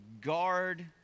guard